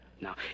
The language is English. Now